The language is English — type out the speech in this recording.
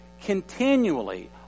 continually